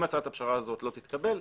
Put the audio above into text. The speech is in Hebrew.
אם הצעת הפשרה הזו לא תתקבל,